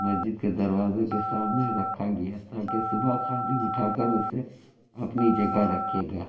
مسجد کے دروازے کے سامنے رکھا گیا تاکہ صُبح خادم اُٹھا کر اُسے اپنی جگہ رکھے گا